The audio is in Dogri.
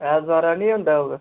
ऐतबार गी नेईं होंदा होग